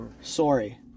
Sorry